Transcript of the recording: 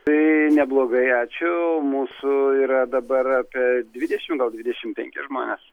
tai neblogai ačiū mūsų yra dabar apie dvidešim gal dvidešim penki žmonės